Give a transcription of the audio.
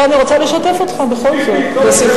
לא, אני רוצה לשתף אותך בכל זאת בשיחה.